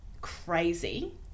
crazy